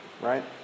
Right